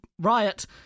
riot